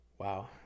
Wow